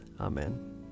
Amen